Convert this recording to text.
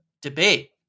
debate